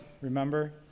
remember